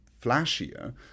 flashier